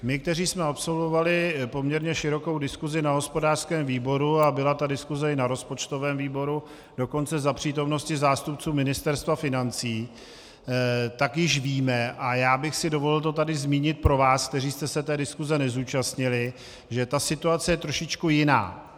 My, kteří jsme absolvovali poměrně širokou diskusi na hospodářském výboru, a byla ta diskuse i na rozpočtovém výboru dokonce za přítomnosti zástupců Ministerstva financí, tak již víme, a já bych si dovolil to tady zmínit pro vás, kteří jste se té diskuse nezúčastnili, že ta situace je trošičku jiná.